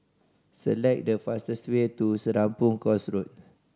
select the fastest way to Serapong Course Road